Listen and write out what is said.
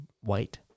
white